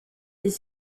des